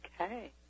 Okay